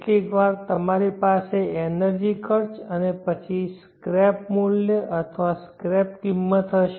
કેટલીકવાર તમારી પાસે એનર્જી ખર્ચ અને પછી સ્ક્રેપ મૂલ્ય અથવા સ્ક્રેપ કિંમત હશે